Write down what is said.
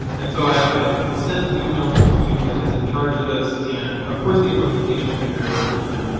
and so i sent an email to the team that is in charge of this, and, of course, the implementation can vary over time,